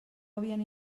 havien